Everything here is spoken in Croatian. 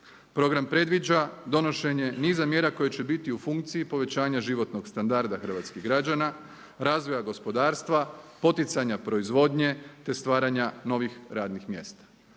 Program predviđa donošenje niza mjera koje će biti u funkciji povećanja životnog standarda hrvatskih građana, razvoja gospodarstva, poticanja proizvodnje te stvaranja novih radnih mjesta.